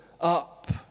up